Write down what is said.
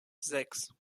sechs